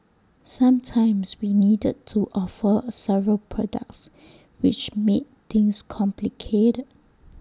sometimes we needed to offer several products which made things complicated